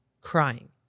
crying